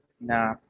Nah